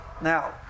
now